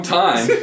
time